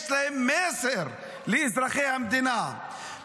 יש להם מסר לאזרחי המדינה,